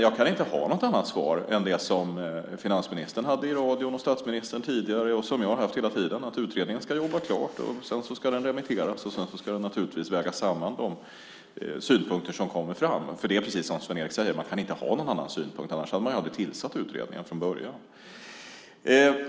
Jag kan inte ha något annat svar än det som finansministern sade i radion, statsministern har sagt tidigare och som jag har haft hela tiden, nämligen att utredningen ska jobba klart och remitteras. De synpunkter som kommer fram ska sedan vägas samman. Precis som Sven-Erik säger går det inte att ha någon annan synpunkt. Annars hade man inte tillsatt utredningen från början.